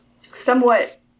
somewhat